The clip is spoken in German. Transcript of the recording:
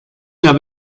mehr